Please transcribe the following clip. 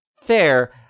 Fair